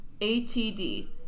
atd